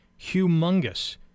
humongous